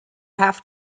have